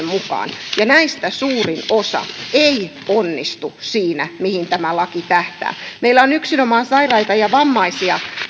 mukaan ja näistä suurin osa ei onnistu siinä mihin tämä laki tähtää meillä on yksinomaan sairaita ja vammaisia